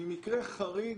מקרה חריג.